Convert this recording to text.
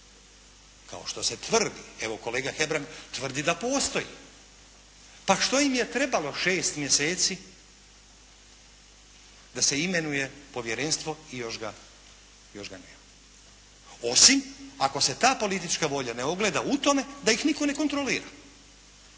kao što se tvrdi, evo kolega Hebrang tvrdi da postoji pa što im je trebalo 6 mjeseci da se imenuje povjerenstvo i još ga, još ga nemamo. Osim ako se ta politička volja ne ogleda u tome da ih nitko ne kontrolira.